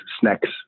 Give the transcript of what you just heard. snacks